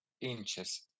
inches